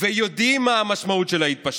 ויודעים מה המשמעות של ההתפשטות.